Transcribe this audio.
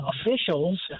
officials